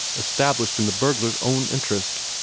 established in the burglar's own interest.